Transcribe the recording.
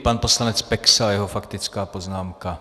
Pan poslanec Peksa a jeho faktická poznámka.